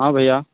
हाँ भैया